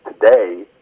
today